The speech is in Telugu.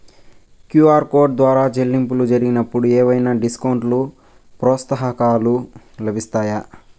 క్యు.ఆర్ కోడ్ ద్వారా చెల్లింపులు జరిగినప్పుడు ఏవైనా డిస్కౌంట్ లు, ప్రోత్సాహకాలు లభిస్తాయా?